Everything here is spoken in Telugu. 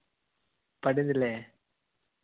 పడింది